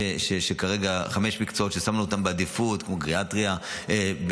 יש כרגע חמישה מקצועות ששמנו אותם בעדיפות: גריאטריה,